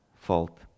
fault